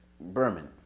Berman